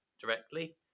directly